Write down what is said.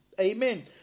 amen